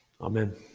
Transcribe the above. Amen